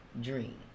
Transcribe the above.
dream